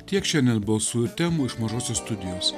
tiek šiandien balsų temų iš mažosios studijos